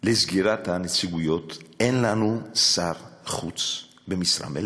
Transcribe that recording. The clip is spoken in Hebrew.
על סגירת הנציגויות אין לנו שר חוץ במשרה מלאה.